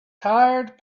tired